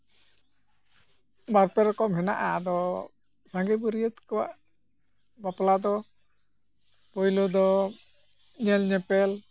ᱵᱟᱨᱼᱯᱮ ᱨᱚᱠᱚᱢ ᱦᱮᱱᱟᱜᱼᱟ ᱟᱫᱚ ᱥᱟᱸᱜᱮ ᱵᱟᱹᱨᱭᱟᱹᱛ ᱠᱚᱣᱟᱜ ᱵᱟᱯᱞᱟ ᱫᱚ ᱯᱳᱭᱞᱳ ᱫᱚ ᱧᱮᱞ ᱧᱮᱯᱮᱞ